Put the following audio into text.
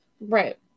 Right